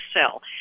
sell